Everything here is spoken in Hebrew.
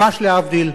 ממש להבדיל,